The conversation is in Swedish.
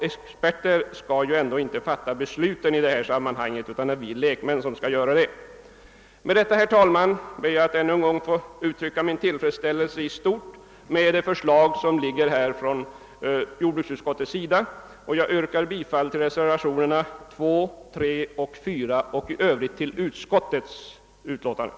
Experter skall ändå inte fatta besluten i detta sammanhang, utan det skall vi lekmän göra. Med det anförda, herr talman, ber jag att än en gång få uttrycka min tillfredsställelse i stort med det förslag som redovisats i jordbruksutskottets utlåtande nr 32. Jag yrkar bifall till reservationerna 2, 3 och 4 samt i Övrigt till vad utskottet hemställt.